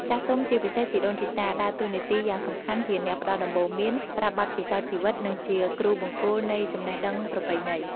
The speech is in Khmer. ចាស់ទុំ ជាពិសេសជីដូនជីតា ដើរតួនាទីយ៉ាងសំខាន់ជាអ្នកផ្ដល់ដំបូន្មាន ប្រាប់បទពិសោធន៍ជីវិត និងជាគ្រូបង្គោលនៃចំណេះដឹងប្រពៃណី។